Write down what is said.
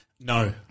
No